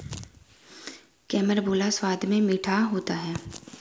carambola स्वाद में मीठा होता है